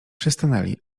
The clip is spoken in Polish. przystanęli